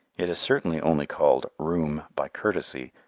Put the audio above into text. it is certainly only called room by courtesy,